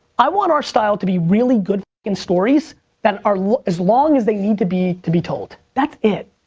i want our style to be really good good stories that are as long as they need to be to be told. that's it.